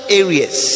areas